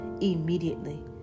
immediately